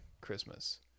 Christmas